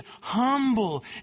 humble